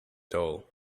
dull